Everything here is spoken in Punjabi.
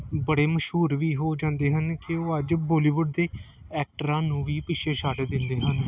ਬੜੇ ਮਸ਼ਹੂਰ ਵੀ ਹੋ ਜਾਂਦੇ ਹਨ ਕਿ ਉਹ ਅੱਜ ਬਾਲੀਵੁੱਡ ਦੇ ਐਕਟਰਾਂ ਨੂੰ ਵੀ ਪਿੱਛੇ ਛੱਡ ਦਿੰਦੇ ਹਨ